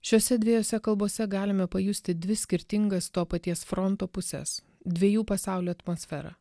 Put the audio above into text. šiose dviejose kalbose galime pajusti dvi skirtingas to paties fronto pusės dviejų pasaulių atmosferą